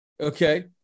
Okay